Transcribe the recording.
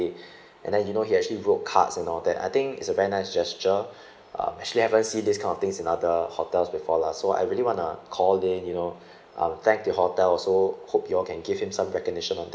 and then you know he actually wrote cards and all that I think is a very nice gesture um actually haven't see this kind of things in other hotels before lah so I really want to call in you know uh thanked the hotel so hope you all can give him some recognition of that